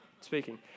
speaking